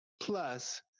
plus